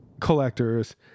collectors